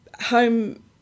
home